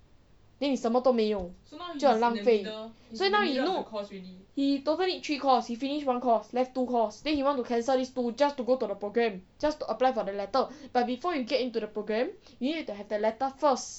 then 你什么都没有这么浪费所以 now he do he total need three course he finished one course left two course then he want to cancel these two to just to go to the program just to apply for the letter but before you get into the program you need to have the letter first